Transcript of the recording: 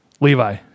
Levi